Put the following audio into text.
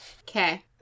Okay